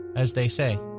as they say,